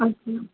अच्छा